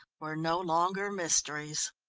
were no longer mysteries.